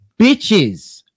bitches